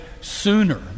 sooner